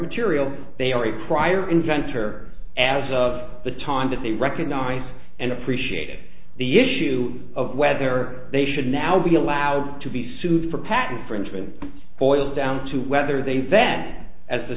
material they are a prior inventor as of the time that they recognize and appreciate the issue of whether they should now be allowed to be sued for patent infringement boils down to whether they then as a